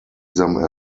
them